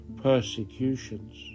persecutions